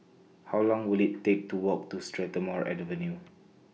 How Long Will IT Take to Walk to Strathmore Avenue